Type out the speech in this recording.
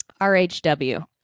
RHW